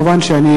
מובן שאני